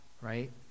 right